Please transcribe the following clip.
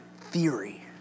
theory